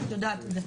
ואת יודעת את זה,